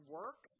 work